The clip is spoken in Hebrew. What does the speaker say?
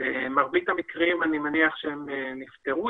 מרבית המקרים, אני מניח, נפתרו.